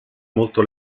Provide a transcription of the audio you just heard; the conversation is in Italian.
molto